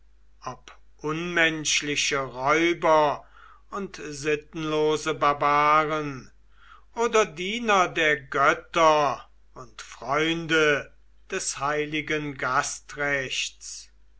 ob unmenschliche räuber und sittenlose barbaren oder diener der götter und freunde des heiligen